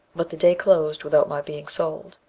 but the day closed without my being sold.